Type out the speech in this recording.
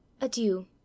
Adieu